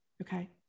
Okay